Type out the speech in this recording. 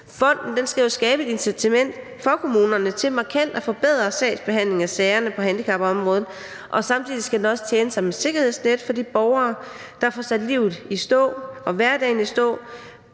Fonden skal jo skabe et incitament for kommunerne til markant at forbedre sagsbehandlingen på handicapområdet, og samtidig skal den også tjene som et sikkerhedsnet for de borgere, der får sat livet og hverdagen i stå